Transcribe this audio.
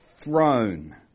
throne